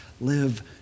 Live